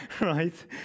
right